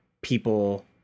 people